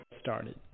Started